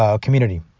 community